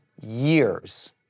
years